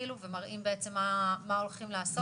ומראים מה הולכים לעשות.